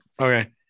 Okay